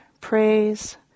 praise